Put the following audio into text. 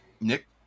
Nick